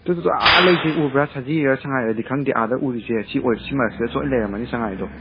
two ꯇꯨ ꯇꯨ ꯑꯥ ꯂꯩꯔꯤꯁꯦ ꯎꯔꯕ꯭ꯔꯥ ꯁꯖꯤꯔꯥ ꯁꯉꯥꯏꯔꯗꯤ ꯈꯪꯗꯦ ꯑꯥꯗ ꯎꯔꯤꯁꯦ ꯁꯤ ꯑꯣꯏ ꯁꯤ ꯃꯔꯛꯁꯤꯗ ꯂꯩꯔꯝꯃꯅꯤ ꯁꯉꯥꯏꯗꯣ